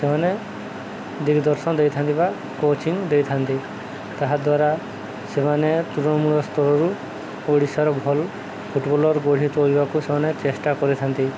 ସେମାନେ ଦିଗ୍ଦର୍ଶନ ଦେଇଥାନ୍ତି ବା କୋଚିଂ ଦେଇଥାନ୍ତି ତାହାଦ୍ୱାରା ସେମାନେ ତୃଣମୂଳ ସ୍ତରରୁ ଓଡ଼ିଶାର ଭଲ୍ ଫୁଟବଲ୍ର ଗଢ଼ି ତୋଳିବାକୁ ସେମାନେ ଚେଷ୍ଟା କରିଥାନ୍ତି